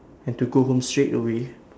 have to go home straightaway